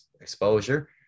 exposure